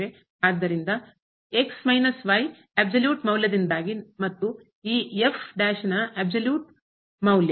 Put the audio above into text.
ಆದ್ದರಿಂದ ಅಬ್ಸಲ್ಯೂಟ್ ಸಂಪೂರ್ಣ ಮೌಲ್ಯದಿಂದಾಗಿ ಮತ್ತು ಈ ಅಬ್ಸಲ್ಯೂಟ್ ಸಂಪೂರ್ಣ ಮೌಲ್ಯ